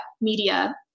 media